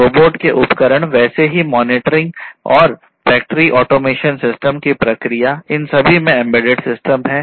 robot के उपकरण वैसे ही मॉनिटरिंग की प्रक्रिया इन सभी में एम्बेडेड सिस्टम हैं